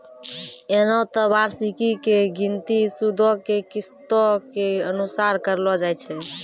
एना त वार्षिकी के गिनती सूदो के किस्तो के अनुसार करलो जाय छै